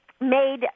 made